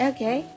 Okay